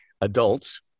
adults